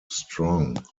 strong